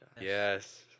Yes